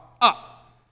Up